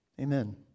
Amen